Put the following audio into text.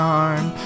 arm